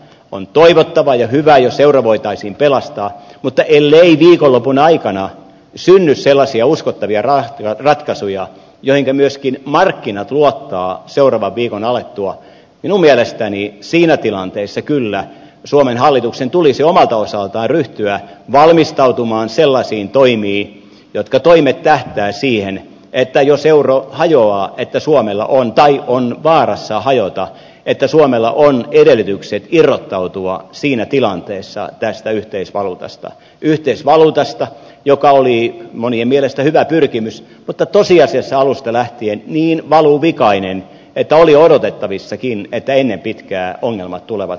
on toivottava ja hyvä jos euro voitaisiin pelastaa mutta ellei viikonlopun aikana synny sellaisia uskottavia ratkaisuja joihinka myöskin markkinat luottavat seuraavan viikon alettua minun mielestäni siinä tilanteessa kyllä suomen hallituksen tulisi omalta osaltaan ryhtyä valmistautumaan sellaisiin toimiin jotka toimet tähtäävät siihen että jos euro hajoaa tai on vaarassa hajota suomella on edellytykset irrottautua siinä tilanteessa tästä yhteisvaluutasta yhteisvaluutasta joka oli monien mielestä hyvä pyrkimys mutta tosiasiassa alusta lähtien niin valuvikainen että oli odotettavissakin että ennen pitkää ongelmat tulevat vastaan